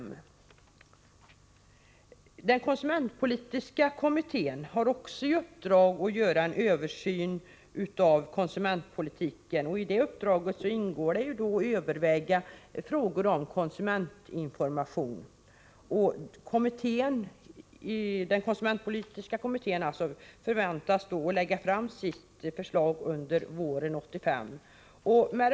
Vidare har den konsumentpolitiska kommittén i uppdrag att göra en översyn av konsumentpolitiken, och i det uppdraget ingår att överväga frågor om konsumentinformation. Kommittén förväntas lägga fram sitt förslag under våren 1985.